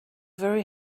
very